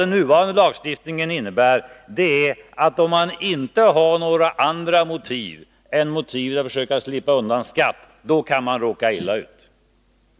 Den nuvarande lagstiftningen innebär att om man inte har några andra motiv än att försöka slippa undan skatt kan man råka illa ut.